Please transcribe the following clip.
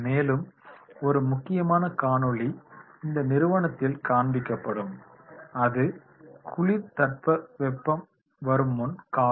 மேலும் ஒரு முக்கியமான காணொளி இந்த நிறுவனத்தில் காண்பிக்கப்படும் அது குளிர் தட்பவெப்பம் வருமுன் காக்கும்